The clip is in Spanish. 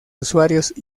usuarios